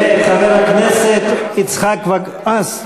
אתה שחקן שח.